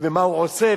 מה הוא עושה,